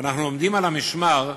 ואנו עומדים על המשמר,